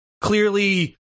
clearly